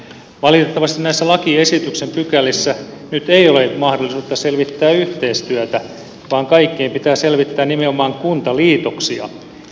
valitettavasti näissä lakiesityksen pykälissä nyt ei ole mahdollisuutta selvittää yhteistyötä vaan kaikkien pitää selvittää nimenomaan kuntaliitoksia